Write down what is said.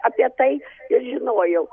apie tai ir žinojau